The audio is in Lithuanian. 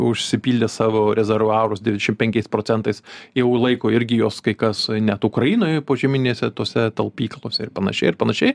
užsipildė savo rezervuarus devyniašim penkiais procentais jau laiko irgi juos kai kas net ukrainoje požeminėse tose talpyklose ir panašiai ir panašiai